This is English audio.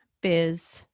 Biz